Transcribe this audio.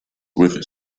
with